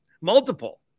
Multiple